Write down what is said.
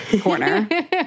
corner